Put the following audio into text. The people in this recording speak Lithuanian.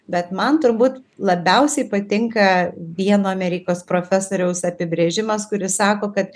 bet man turbūt labiausiai patinka vieno amerikos profesoriaus apibrėžimas kuris sako kad